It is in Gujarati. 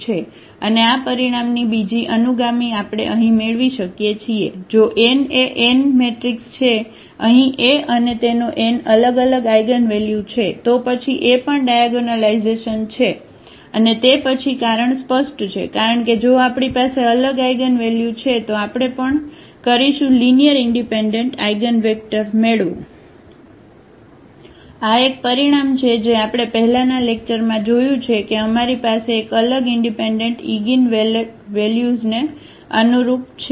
અને આ પરિણામની બીજી અનુગામી આપણે અહીં મેળવી શકીએ છીએ જો n એ n એન મેટ્રિક્સ છે અહીં એ અને તેનો n અલગ અલગ આઇગનવલ્યુ છે તો પછી એ પણ ડાયાગોનલાઇઝેશન છે અને તે પછી કારણ સ્પષ્ટ છે કારણ કે જો આપણી પાસે અલગ આઇગનવેલ્યુ છે તો આપણે પણ કરીશું લીનીઅરઇનડિપેન્ડન્ટ આઇગનવેક્ટર મેળવો આ એક પરિણામ છે જે આપણે પહેલાના લેક્ચરમાં જોયું છે કે અમારી પાસે એક અલગ ઇનડિપેન્ડન્ટ ઇગિનવેલ્ટ્સને અનુરૂપ છે